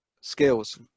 skills